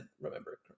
remember